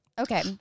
Okay